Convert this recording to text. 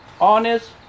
honest